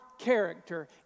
character